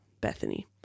Bethany